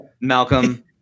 Malcolm